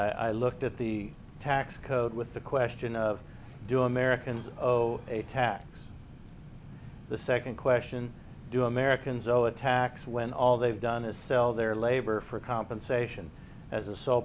and i looked at the tax code with the question of do americans owe a tax the second question do americans owe a tax when all they've done is sell their labor for compensation as a sole